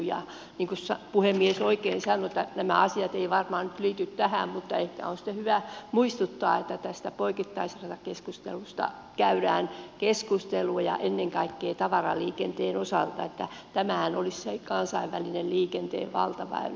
niin kuin puhemies oikein sanoi nämä asiat eivät varmaan nyt liity tähän mutta ehkä on sitten hyvä muistuttaa että tästä poikittaisratakeskustelusta käydään keskustelua ja ennen kaikkea tavaraliikenteen osalta että tämähän olisi se kansainvälinen liikenteen valtaväylä